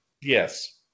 Yes